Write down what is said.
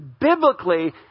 Biblically